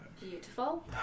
Beautiful